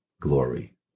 glory